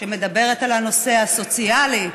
שמדברת על הנושא הסוציאלי,